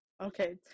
Okay